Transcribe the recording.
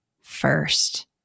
first